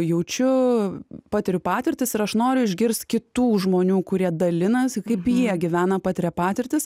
jaučiu patiriu patirtis ir aš noriu išgirst kitų žmonių kurie dalinasi kaip jie gyvena patiria patirtis